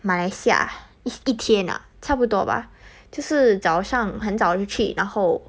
马来西亚一天啊差不多吧就是早上很早就去然后